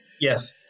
Yes